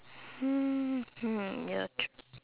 mm hmm ya true